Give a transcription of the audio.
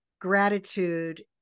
gratitude